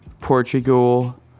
Portugal